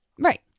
Right